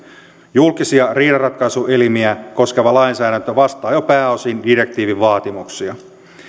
julkisia riidanratkaisuelimiä koskeva lainsäädäntö vastaa jo pääosin direktiivin vaatimuksia